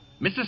Mrs